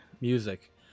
music